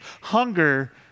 hunger